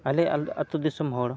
ᱟᱞᱮ ᱟᱛᱳ ᱫᱤᱥᱚᱢ ᱦᱚᱲ